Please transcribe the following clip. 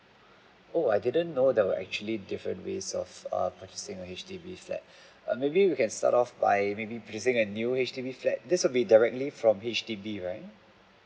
oh I didn't know there were actually different ways of err purchasing a H_D_B flat err maybe we can start off by maybe purchasing a new H_D_B flat this will be directly from H_D_B right